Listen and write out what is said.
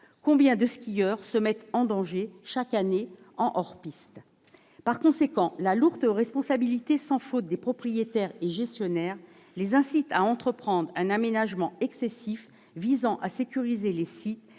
Combien de skieurs se mettent-ils en danger chaque année en hors-piste ? Par conséquent, la lourde responsabilité sans faute des propriétaires et gestionnaires les incite à entreprendre un aménagement excessif visant à sécuriser les sites